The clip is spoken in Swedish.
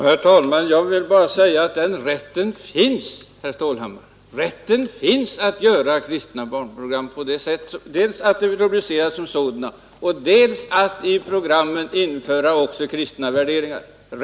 Herr talman! Jag vill bara si att den rätten finns, herr Stålhammar; rätten finns att göra kristna barnprogram på det sättet, att de dels rubriceras som sådana, dels att i programmen införs också kristna värderingar.